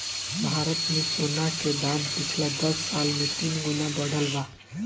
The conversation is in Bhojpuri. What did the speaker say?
भारत मे सोना के दाम पिछला दस साल मे तीन गुना बढ़ल बा